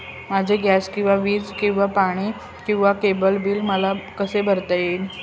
माझे गॅस किंवा वीज किंवा पाणी किंवा केबल बिल मला कसे भरता येईल?